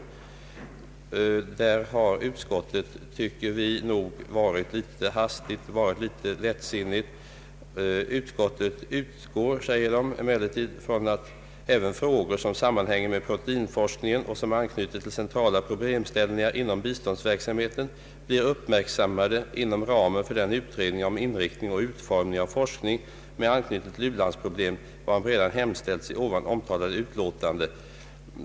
Vi anser att utskottet därvidlag har varit litet lättsinnigt. Utskottet utgår, heter det, emellertid från att även frågor som sammanhänger med proteinforskningen och som anknyter till centrala problemställningar inom biståndsverksamheten blir uppmärksammade inom ramen för den utredning om inriktningen och utformningen av forskning med anknytning till u-landsproblem varom redan hemställts i det omtalade utlåtandet.